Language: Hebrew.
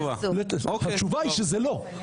והתשובה היא שזה לא.